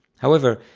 however,